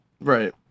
Right